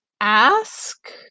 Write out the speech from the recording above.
ask